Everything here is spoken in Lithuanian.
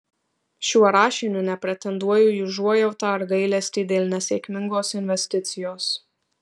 šiuo rašiniu nepretenduoju į užuojautą ar gailestį dėl nesėkmingos investicijos